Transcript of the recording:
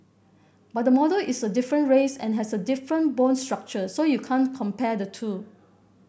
but the model is a different race and has a different bone structure so you can't compare the two